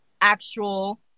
actual